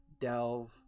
delve